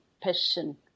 passion